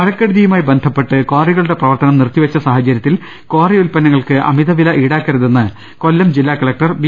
മഴക്കെടുതിയുമായി ബന്ധപ്പെട്ട് കാറികളുടെ പ്രവർത്തനം നിർത്തിവച്ച സാഹചര്യത്തിൽ കാറി ഉത്പന്നങ്ങൾക്ക് അമിതവില ഈടാക്കരുതെന്ന് കൊല്ലം ജില്ലാ കലക്ടർ ബി